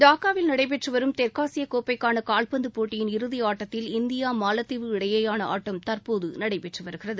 டாக்காவில் நடைபெற்று வரும் தெற்காசிய கோப்பைக்கான கால்பந்து இறுதியாட்டத்தில் இந்தியா மாலத்தீவு இடையேயான ஆட்டம் தற்போது நடைபெற்று வருகிறது